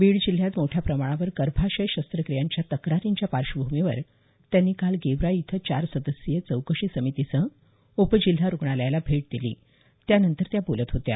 बीड जिल्ह्यात मोठ्या प्रमाणावर गर्भाशय शस्त्रक्रियांच्या तक्रारींच्या पार्श्वभूमीवर त्यांनी काल गेवराई इथं चार सदस्यीय चौकशी समिती सह उपजिल्हा रुग्णालयाला भेट दिली त्यानंतर बोलत होत्या